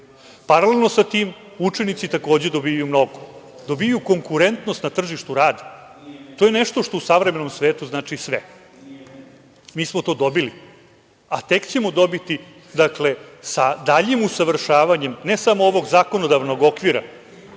zakon. Paralelno sa tim, učenici takođe dobijaju mnogo. Dobijaju konkurentnost na tržištu rada. To je nešto što u savremenom svetu znači sve. Mi smo to dobili, a tek ćemo dobiti sa daljim usavršavanjem, ne samo ovog zakonodavnog okvira,